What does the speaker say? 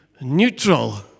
neutral